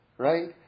Right